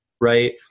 right